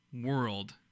world